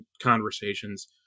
conversations